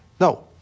no